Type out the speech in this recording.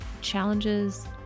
challenges